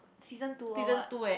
season two or what